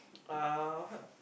uh what